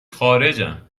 خارجن